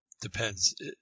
depends